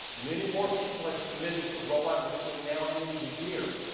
many more people had committed to rollout between now and the end of the year.